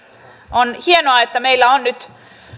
on hienoa että meillä on nyt